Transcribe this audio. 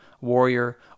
warrior